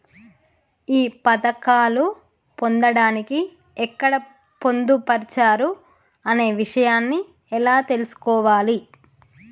ఈ పథకాలు పొందడానికి ఎక్కడ పొందుపరిచారు అనే విషయాన్ని ఎలా తెలుసుకోవాలి?